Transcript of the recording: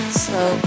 slow